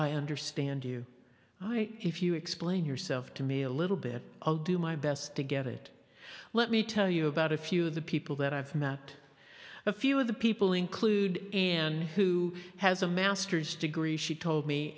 i understand you if you explain yourself to me a little bit i'll do my best to get it let me tell you about a few of the people that i've met a few of the people include and who has a master's degree she told me